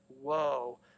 whoa